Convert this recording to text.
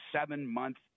seven-month